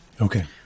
Okay